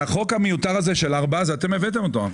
החוק המיותר הזה של ארבעה, אתם הבאתם אותו.